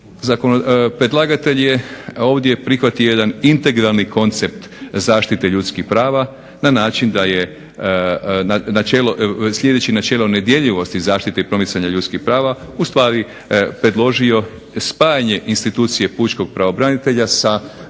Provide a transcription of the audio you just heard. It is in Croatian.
Predlagatelj je ovdje prihvatio jedan integralni koncept zaštite ljudskih prava na način da je slijedeći načelo nedjeljivosti zaštite i promicanja ljudskih prava ustvari predložio spajanje institucije pučkog pravobranitelja i